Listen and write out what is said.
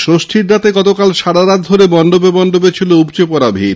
ষষ্ঠীর রাতে গতকাল সারারাত ধরে মণ্ডপে মণ্ডপে ছিল উপচে পড়া ভিড়